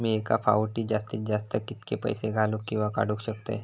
मी एका फाउटी जास्तीत जास्त कितके पैसे घालूक किवा काडूक शकतय?